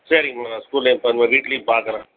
சரிங்க மேடம் ஸ்கூல்ல வீட்லையும் பார்க்கறேன்